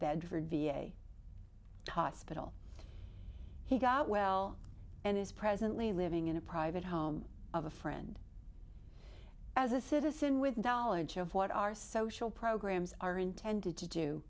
bed for v a hospital he got well and is presently living in a private home of a friend as a citizen with knowledge of what our social programs are intended to do